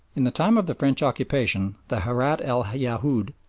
in the time of the french occupation the harat el yahoud,